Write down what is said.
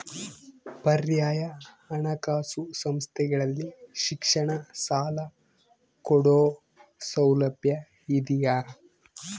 ಪರ್ಯಾಯ ಹಣಕಾಸು ಸಂಸ್ಥೆಗಳಲ್ಲಿ ಶಿಕ್ಷಣ ಸಾಲ ಕೊಡೋ ಸೌಲಭ್ಯ ಇದಿಯಾ?